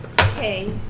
Okay